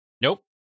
Nope